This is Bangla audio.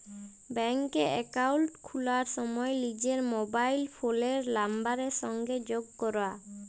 ব্যাংকে একাউল্ট খুলার সময় লিজের মবাইল ফোলের লাম্বারের সংগে যগ ক্যরা